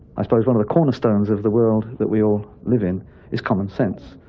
i suppose one of the cornerstones of the world that we all live in is common sense.